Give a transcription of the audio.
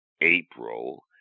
April